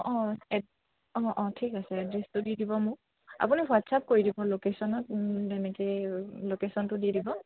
অঁ এড অঁ অঁ ঠিক আছে এড্ৰেছটো দি দিব মোক আপুনি হোৱাটছআপ কৰি দিব লোকেশ্য়নত তেনেকৈ লোকেশ্য়নটো দি দিব